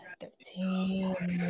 thirteen